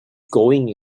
going